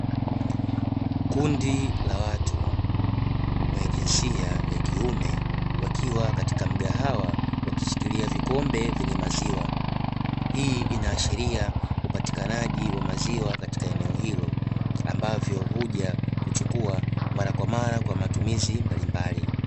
Kundi la watu, wenye jinsia ya kiume wakiwa katika mgahawa wakishikilia vikombe vyenye maziwa. Hii inaashiria upatikanaji wa maziwa katika hilo, ambavyo hujakuchukua mara kwa mara kwa matumizi mbalimbali.